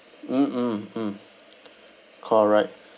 mm mm mm correct